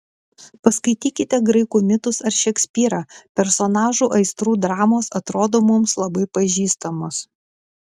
paskaitykite graikų mitus ar šekspyrą personažų aistrų dramos atrodo mums labai pažįstamos